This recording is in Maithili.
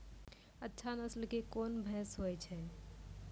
अच्छा नस्ल के कोन भैंस होय छै?